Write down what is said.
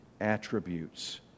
attributes